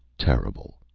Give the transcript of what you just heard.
terrible.